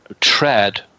tread